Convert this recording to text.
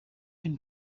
can